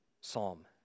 psalm